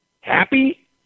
Happy